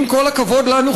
עם כל הכבוד לנו,